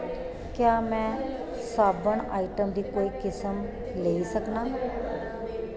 क्या में साबन आइटम दी कोई किसम लेई सकनां